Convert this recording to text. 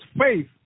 faith